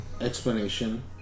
explanation